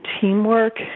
teamwork